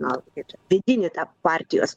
gal kaip čia vidinį tą partijos